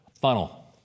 Funnel